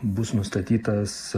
bus nustatytas